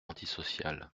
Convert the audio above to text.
antisociale